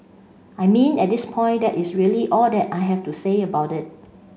I mean at this point that is really all that I have to say about it